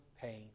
pain